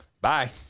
Bye